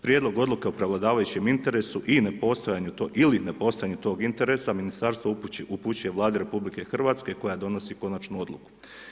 Prijedlog odluke o prevladavajućem interesu i nepostojanju ili ne postojanju tog interesa ministarstvo upućuje Vladi RH koja donosi konačnu odluku.